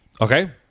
okay